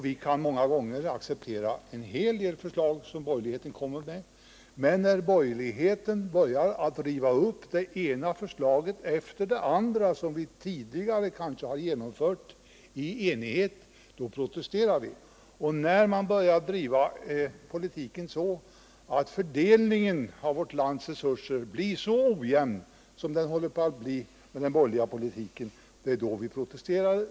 Vi kan många gånger acceptera en hel del av de förslag som borgerligheten kommer med, men när borgerligheten börjar att riva upp det ena beslutet efter det andra, även sådana som vi tidigare har genomfört i enighet, protesterar vi. Det är när man börjar driva politiken så, att fördelningen av vårt lands resurser blir så ojämn som den håller på att bli med den borgerliga politiken, som vi protesterar.